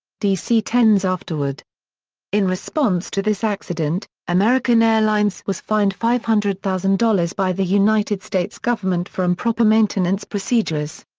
dc ten s afterward in response to this accident, american airlines was fined five hundred thousand dollars by the united states government for improper maintenance procedures.